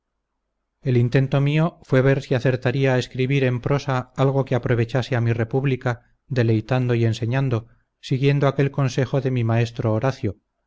el intento mío fué ver si acertaría a escribir en prosa algo que aprovechase a mi república deleitando y enseñando siguiendo aquel consejo de mi maestro horacio